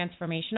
transformational